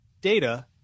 data